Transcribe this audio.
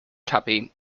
tuppy